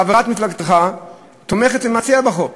חברת מפלגתך תומכת ומציעה את החוק.